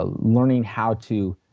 ah learning how to